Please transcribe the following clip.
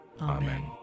Amen